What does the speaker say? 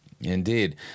Indeed